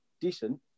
decent